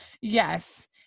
Yes